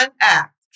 act